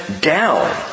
down